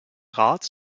rat